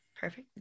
perfect